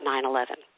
9-11